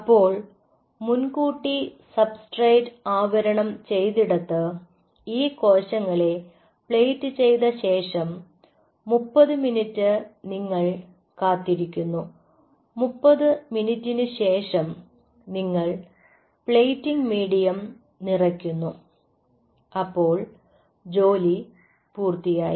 അപ്പോൾ മുൻകൂട്ടി സബ്സ്ട്രാറ്റ് ആവരണം ചെയ്തിടത്ത് ഈ കോശങ്ങളെ പ്ലേറ്റ് ചെയ്ത ശേഷം 30 മിനിറ്റ് നിങ്ങൾ കാത്തിരിക്കുന്നു 30 മിനിറ്റിനുശേഷം നിങ്ങൾ പ്ലേറ്റിംഗ് മീഡിയം നിറയ്ക്കുന്നു അപ്പോൾ ജോലി പൂർത്തിയായി